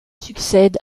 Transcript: succède